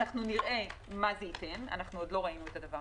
אנחנו נראה מה זה ייתן עוד לא ראינו את זה,